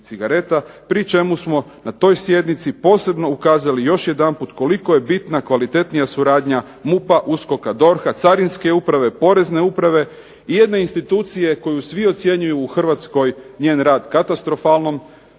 Pri čemu smo, na toj sjednici, posebno ukazali još jedanput koliko je bitna kvalitetnija suradnja MUP-a, USKOK-a, DORH-a, Carinske uprave, Porezne uprave i jedne institucije koju svi ocjenjuju u Hrvatskoj njen rad katastrofalnom,